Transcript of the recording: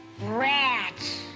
rats